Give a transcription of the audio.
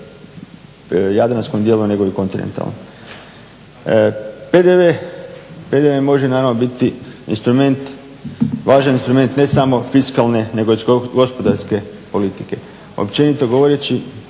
naravno biti važan instrument ne samo fiskalne nego i gospodarske politike. Općenito govoreći